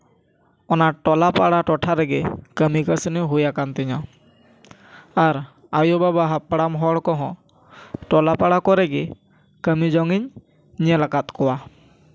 ᱚᱱᱟ ᱴᱚᱞᱟ ᱯᱟᱲᱟ ᱴᱚᱴᱷᱟ ᱨᱮᱜᱮ ᱠᱟᱹᱢᱤ ᱠᱟᱹᱥᱱᱤ ᱦᱩᱭ ᱟᱠᱟᱱ ᱛᱤᱧᱟᱹ ᱟᱨ ᱟᱭᱳ ᱵᱟᱵᱟ ᱦᱟᱯᱲᱟᱢ ᱦᱚᱲ ᱠᱚᱦᱚᱸ ᱴᱚᱞᱟ ᱯᱟᱲᱟ ᱠᱚᱨᱮ ᱜᱮ ᱠᱟᱹᱢᱤ ᱡᱚᱝ ᱤᱧ ᱧᱮᱞ ᱟᱠᱟᱫ ᱠᱚᱣᱟ